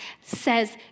says